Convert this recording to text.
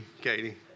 Katie